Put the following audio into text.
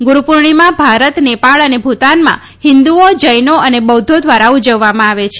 ગુરુ પૂર્ણિમા ભારત ને ાળ અને ભૂટાનમાં હિંદુઓ જૈન અને બૌધ્ધ દ્વારા ઉ વામાં આવે છે